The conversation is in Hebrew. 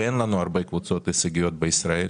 ואין לנו הרבה קבוצות הישגיות בישראל.